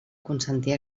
consentir